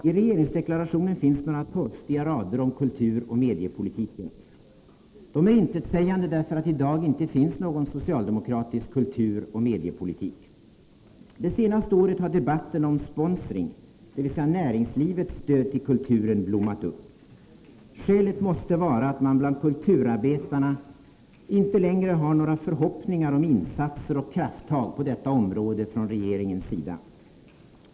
I regeringsdeklarationen finns några torftiga rader om kulturoch mediepolitiken. De är intetsägande därför att det i dag inte finns någon socialdemokratisk kulturoch mediepolitik. Det senaste året har debatten om ”sponsring”, dvs. näringslivets stöd till kulturen, blommat upp. Skälet måste vara att man bland kulturarbetarna inte längre har några förhoppningar om insatser och krafttag på detta område från regeringens sida.